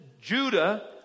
Judah